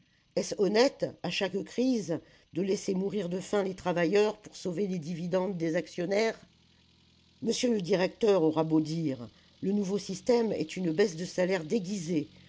honnête à chaque crise de laisser mourir de faim les travailleurs pour sauver les dividendes des actionnaires monsieur le directeur aura beau dire le nouveau système est une baisse de salaire déguisée